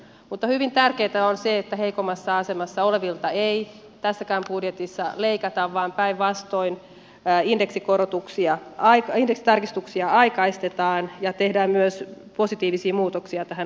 mutta hyvin tärkeätä on se että heikommassa asemassa olevilta ei tässäkään budjetissa leikata vaan päinvastoin indeksitarkistuksia aikaistetaan ja tehdään myös positiivisia muutoksia tähän asumistuen maksatukseen